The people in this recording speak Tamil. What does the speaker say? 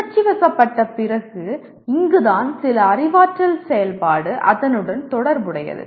உணர்ச்சிவசப்பட்ட பிறகு இங்குதான் சில அறிவாற்றல் செயல்பாடு அதனுடன் தொடர்புடையது